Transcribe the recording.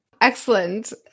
Excellent